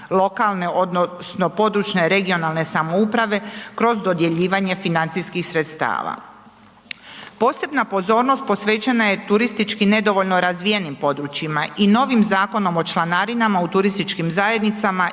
lokalne odnosno područne (regionalne) samouprave kroz dodjeljivanje financijskih sredstava. Posebna pozornost posvećena je turistički nedovoljno razvijenim područjima i novim Zakonom o članarinama u turističkim zajednicama